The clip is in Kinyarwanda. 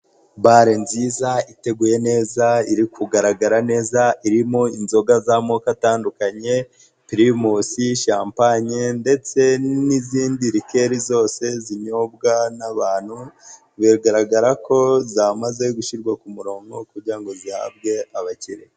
Bale nziza, iteguye neza, iri kugaragara neza, irimo inzoga z'amoko atandukanye, pirimusi, shampanye, ndetse n'izindi likeli zose zinyobwa n'abantu, bigaragara ko zamaze gushyirwa ku murongo, kugira ngo zihabwe abakiliya.